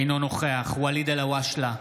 אינו נוכח ואליד אלהואשלה,